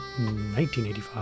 1985